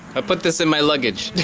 i'll put this in my luggage